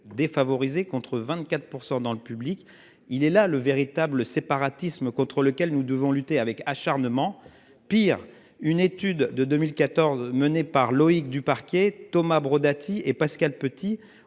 défavorisés, contre 24% dans le public il est là le véritable séparatisme contre lequel nous devons lutter avec acharnement. Pire, une étude de 2014, mené par Loïck du parquet Thomas Dati et Pascal Petit